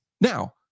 Now